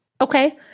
Okay